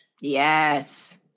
Yes